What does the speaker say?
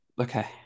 Okay